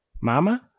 Mama